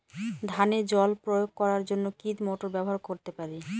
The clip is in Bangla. ধানে জল প্রয়োগ করার জন্য কি মোটর ব্যবহার করতে পারি?